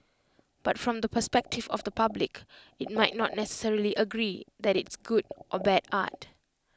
but from the perspective of the public IT might not necessarily agree that it's good or bad art